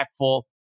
impactful